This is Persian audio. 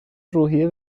روحیه